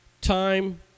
time